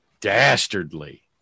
dastardly